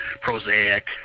prosaic